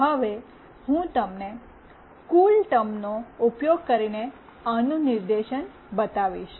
હવે હું તમને કૂલટર્મનો ઉપયોગ કરીને આનું નિદર્શન બતાવીશ